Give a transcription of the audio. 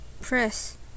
Press